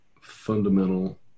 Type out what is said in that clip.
fundamental